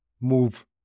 move